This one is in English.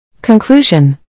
Conclusion